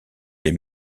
les